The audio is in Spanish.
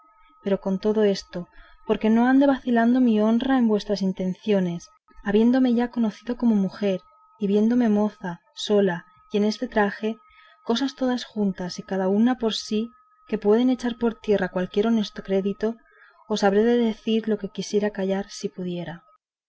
pero con todo esto porque no ande vacilando mi honra en vuestras intenciones habiéndome ya conocido por mujer y viéndome moza sola y en este traje cosas todas juntas y cada una por sí que pueden echar por tierra cualquier honesto crédito os habré de decir lo que quisiera callar si pudiera